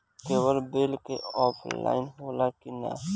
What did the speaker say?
Cable के bill offline होला कि ना?